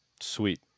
sweet